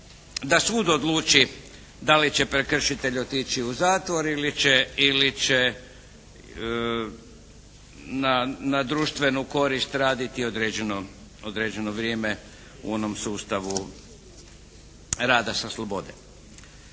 da sud odluči da li će prekršitelj otići u zatvor ili će na društvenu korist raditi određeno vrijeme u onom sustavu rada sa slobode.